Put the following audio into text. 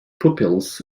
pupils